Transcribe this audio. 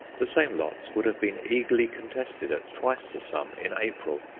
the same lots would have been eagerly contested at twice the sum in april.